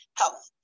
health